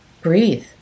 breathe